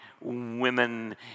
women